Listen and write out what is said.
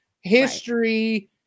history